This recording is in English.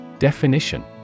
Definition